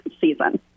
season